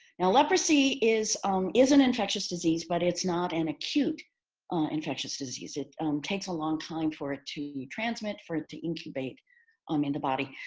now, leprosy is um is an infectious disease, but it's not an acute infectious disease. it takes a long time for it to transmit, for it to incubate um in the body.